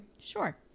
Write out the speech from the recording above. Sure